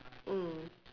mm